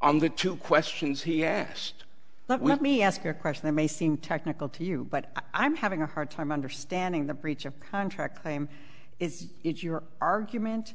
on the two questions he asked let me ask you a question that may seem technical to you but i'm having a hard time understanding the breach of contract claim is it your argument